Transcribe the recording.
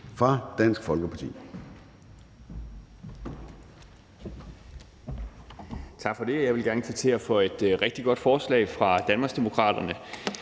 fra Dansk Folkeparti.